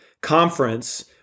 Conference